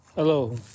Hello